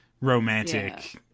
romantic